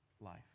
life